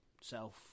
self